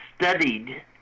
studied